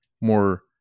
more